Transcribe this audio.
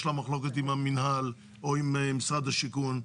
לה מחלוקת עם המנהל או עם משרד השיכון.